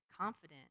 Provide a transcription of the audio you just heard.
confident